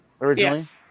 Originally